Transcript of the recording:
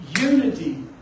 unity